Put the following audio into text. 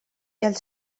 els